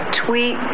tweet